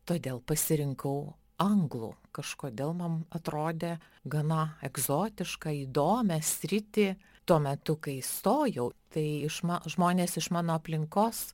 todėl pasirinkau anglų kažkodėl man atrodė gana egzotišką įdomią sritį tuo metu kai įstojau tai iš ma žmonės iš mano aplinkos